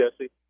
Jesse